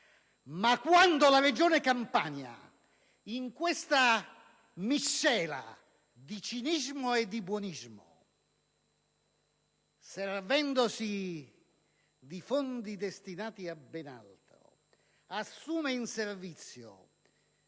Perduca. La Regione Campania, in questa miscela di cinismo e di buonismo, servendosi di fondi destinati a ben altro, ha assunto in servizio